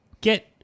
get